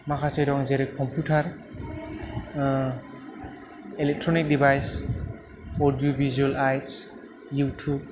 माखासे दं जेरै कम्पिउटार इलेक्ट्रनिक दिभाइस अदिअ भिजुयेलाइस इउटिउब